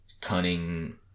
cunning